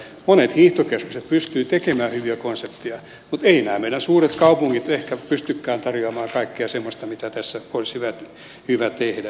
monet hiihtokeskukset pystyvät tekemään hyviä konsepteja mutta eivät nämä meidän suuret kaupungit ehkä pystykään tarjoamaan kaikkea semmoista mitä tässä olisi hyvä tehdä